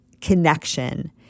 connection